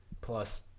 Plus